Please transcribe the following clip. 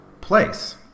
place